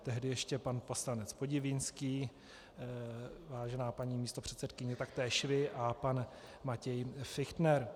Tehdy ještě pan poslanec Podivínský, vážená paní předsedkyně, taktéž vy a pan Matěj Fichtner.